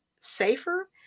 safer